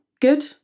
good